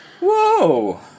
Whoa